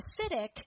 acidic